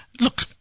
Look